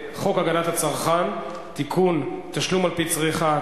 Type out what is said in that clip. הגנת הצרכן (תיקון תשלום על-פי צריכה),